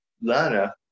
learner